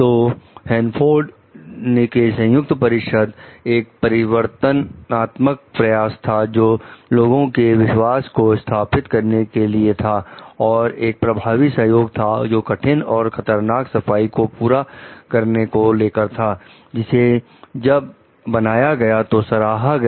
तो हैंनफोर्ड के संयुक्त परिषद एक परिवर्तन आत्मा प्रयास था जो लोगों के विश्वास को स्थापित करने के लिए था और एक प्रभावी सहयोग था जो कठिन और खतरनाक सफाई को पूरा करने को लेकर था जिसे जब बनाया गया तो सराहा गया